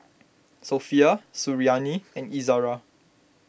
Sofea Suriani and Izara